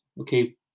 Okay